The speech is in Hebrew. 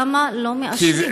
למה לא מאשרים?